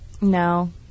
No